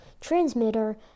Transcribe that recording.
transmitter